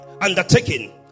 undertaking